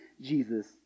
Jesus